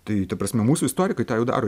tai ta prasme mūsų istorikai tą jau daro